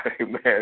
amen